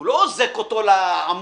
הוא לא אוזק אותו לעמוד.